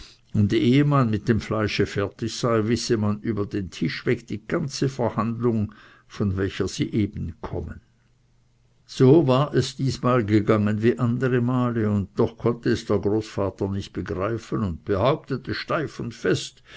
und ehe man mit dem fleische fertig sei wisse man über den tisch weg die ganze verhandlung von welcher sie eben kommen so war es diesmal gegangen wie andere male und doch konnte es der großvater nicht begreifen und behauptete steif und fest